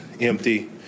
empty